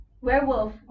Werewolf